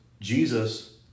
Jesus